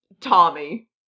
Tommy